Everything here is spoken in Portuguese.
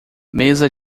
mesa